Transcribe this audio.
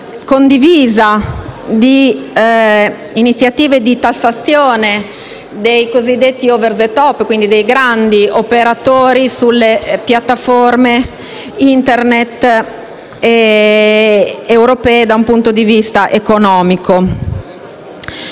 condivisa di iniziative di tassazione dei cosiddetti *over the top*, ovvero dei grandi operatori, sulle piattaforme Internet europee, da un punto di vista economico.